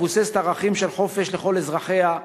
המבוססת על ערכים של חופש לכל אזרחיה,